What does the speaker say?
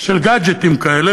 של גאדג'טים כאלה,